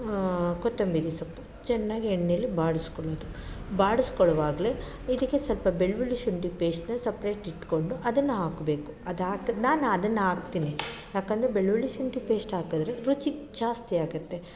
ಕೊತ್ತಂಬರಿ ಸೊಪ್ಪು ಚೆನ್ನಾಗಿ ಎಣ್ಣೇಲಿ ಬಾಡಿಸ್ಕೊಳ್ಳೋದು ಬಾಡಿಸ್ಕೊಳ್ಳುವಾಗ್ಲೆ ಇದಕ್ಕೆ ಸ್ವಲ್ಪ ಬೆಳ್ಳುಳ್ಳಿ ಶುಂಠಿ ಪೇಸ್ಟನ್ನ ಸಪ್ರೇಟ್ ಇಟ್ಕೊಂಡು ಅದನ್ನು ಹಾಕ್ಬೇಕು ಅದು ಹಾಕಿ ನಾನು ಅದನ್ನು ಹಾಕ್ತೀನಿ ಯಾಕೆಂದರೆ ಬೆಳ್ಳುಳ್ಳಿ ಶುಂಠಿ ಪೇಸ್ಟ್ ಹಾಕಿದ್ರೆ ರುಚಿ ಜಾಸ್ತಿ ಆಗುತ್ತೆ